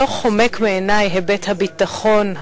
לא חומק מעיני היבט הביטחון,